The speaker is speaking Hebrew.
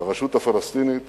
לרשות הפלסטינית